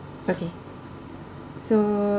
okay so